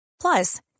Plus